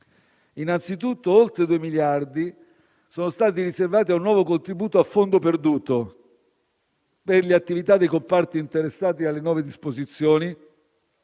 Innanzitutto, oltre 2 miliardi sono stati riservati a un nuovo contributo a fondo perduto per le attività dei comparti interessati dalle nuove disposizioni,